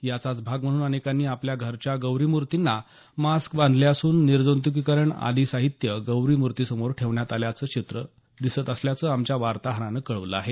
याचाच भाग म्हणून अनेकांनी अपल्या घरच्या गौरी मूर्तींना मास्क बांधले असून निर्जंतुकीकरण आदी साहीत्य गौरी मुर्तींसमोर ठेवण्यात आल्याचं चित्रं दिसत असल्याचं आमच्या वार्ताहरानं कळवलं आहे